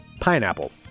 pineapple